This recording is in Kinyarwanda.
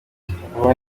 nguwo